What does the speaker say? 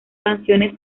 canciones